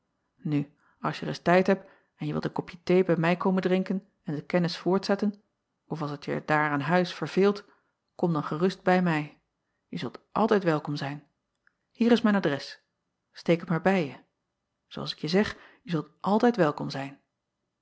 u als je reis tijd hebt en je wilt een kopje thee bij mij komen drinken en de kennis voortzetten of als het je daar aan huis verveelt kom dan gerust bij mij je zult altijd welkom zijn hier is mijn adres steek het maar bij je zoo als ik je zeg je zult altijd welkom zijn